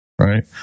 right